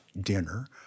dinner